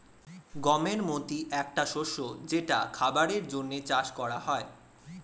গমের মতি একটা শস্য যেটা খাবারের জন্যে চাষ করা হয়